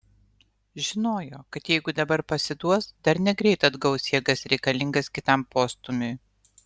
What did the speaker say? žinojo kad jeigu dabar pasiduos dar negreit atgaus jėgas reikalingas kitam postūmiui